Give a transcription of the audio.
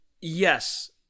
Yes